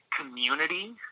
community